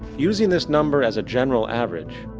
using this number as a general average,